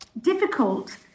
difficult